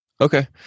Okay